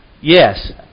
Yes